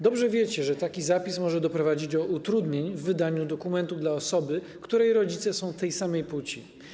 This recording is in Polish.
Dobrze wiecie, że taki zapis może doprowadzić do utrudnień w wydaniu dokumentu dla osoby, której rodzice są tej samej płci.